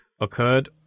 occurred